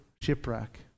shipwreck